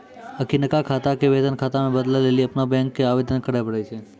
अखिनका खाता के वेतन खाता मे बदलै लेली अपनो बैंको के आवेदन करे पड़ै छै